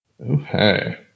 Okay